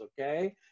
okay